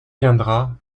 viendra